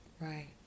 Right